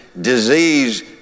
disease